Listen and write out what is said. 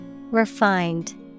Refined